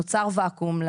נוצר ואקום.